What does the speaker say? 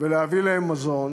ולהביא להם מזון.